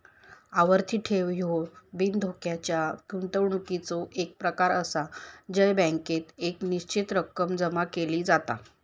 आवर्ती ठेव ह्यो बिनधोक्याच्या गुंतवणुकीचो एक प्रकार आसा जय बँकेत एक निश्चित रक्कम जमा केली जाता